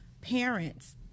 parents